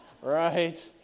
Right